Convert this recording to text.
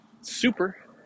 Super